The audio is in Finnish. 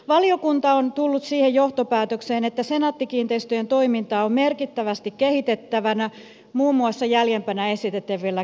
valiokunta on tullut siihen johtopäätökseen että senaatti kiinteistöjen toimintaa on merkittävästi kehitettävä muun muassa jäljempänä esitettävillä keinoilla